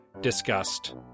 discussed